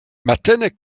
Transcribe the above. matene